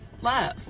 love